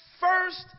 first